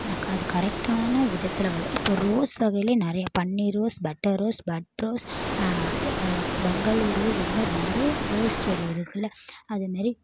நான் அது கரெக்ட்டான விதத்தில் வள இப்போ ரோஸ் வகையில நிறைய பன்னீர் rose butter rose bud rose Bengal rose இதுமாதிரி நிறைய ரோஸ் செடி இருக்குல்ல அதேமாதிரி